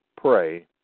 pray